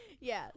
Yes